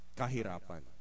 kahirapan